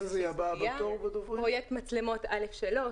פרויקט מצלמות א'3.